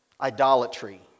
idolatry